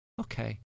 Okay